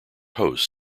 hosts